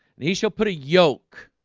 and he shall put a yoke.